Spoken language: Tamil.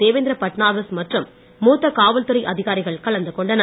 தேவேந்திர பட்னவிஸ் மற்றும் மூத்த காவல்துறை அதிகாரிகள் கலந்துகொண்டனர்